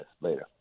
Later